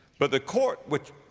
but the court which,